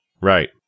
Right